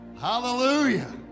Hallelujah